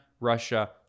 Russia